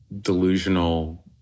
delusional